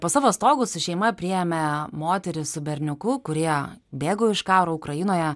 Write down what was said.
po savo stogu su šeima priėmė moterį su berniuku kurie bėgo iš karo ukrainoje